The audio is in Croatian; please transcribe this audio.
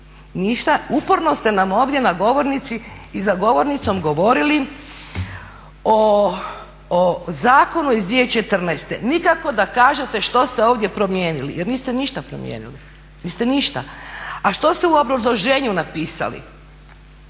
Uporno ste nam ovdje na govornici i za govornicom govorili o zakonu iz 2014. Nikako da kažete što ste ovdje promijenili, jer niste ništa promijenili, niste ništa. A što ste u obrazloženju napisali?